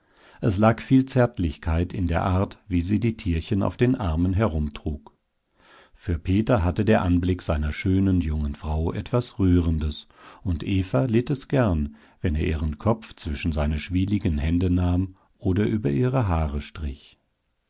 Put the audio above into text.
es lag viel zärtlichkeit in der art wie sie die tierchen auf den armen herumtrug für peter hatte der anblick seiner schönen jungen frau etwas rührendes und eva litt es gern wenn er ihren kopf zwischen seine schwieligen hände nahm oder über ihre haare strich